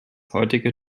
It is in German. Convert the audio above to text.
heutige